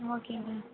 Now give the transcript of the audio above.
ஓகேங்க